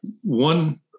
One